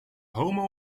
homo